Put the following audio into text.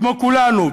כמו כולנו,